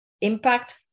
Impact